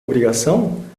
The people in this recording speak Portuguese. obrigação